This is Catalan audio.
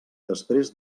després